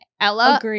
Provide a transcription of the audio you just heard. Ella